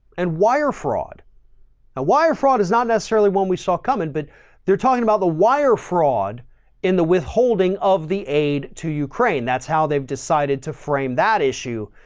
and wire fraud and ah wire fraud is not necessarily when we saw coming, but they're talking about the wire fraud in the withholding of the aid to ukraine. that's how they've decided to frame that issue.